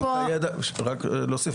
ופה --- רק להוסיף.